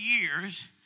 years